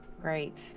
Great